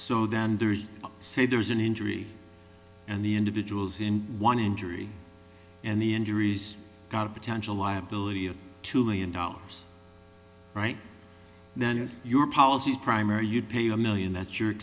so then there is say there is an injury and the individuals in one injury and the injuries got a potential liability of two million dollars right then if your policies primary you pay a million that's your